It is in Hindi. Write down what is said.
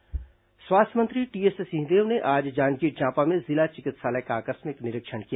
सिंहदेव निरीक्षण स्वास्थ्य मंत्री टीएस सिंहदेव ने आज जांजगीर चांपा में जिला चिकित्सालय का आकस्मिक निरीक्षण किया